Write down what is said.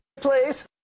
Please